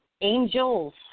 Angels